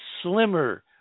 slimmer